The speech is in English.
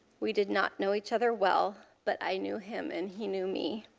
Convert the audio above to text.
we did not know each other well, but i knew him and he knew me.